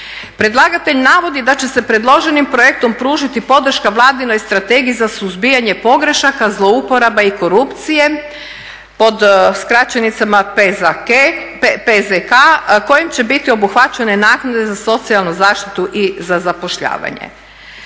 Predlagatelj navodi da će se predloženim projektom pružiti podrška Vladinoj strategiji za suzbijanje pogrešaka, zlouporaba i korupcije pod skraćenicama PZK kojim će biti obuhvaćene naknade za socijalnu zaštitu i za zapošljavanje.